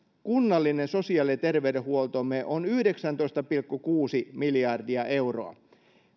kunnallinen sosiaali ja terveydenhuoltomme on yhdeksäntoista pilkku kuusi miljardia euroa